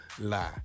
Lie